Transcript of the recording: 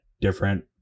different